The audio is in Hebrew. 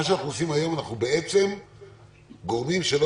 מה שאנחנו עושים היום זה גורמים לכך שלא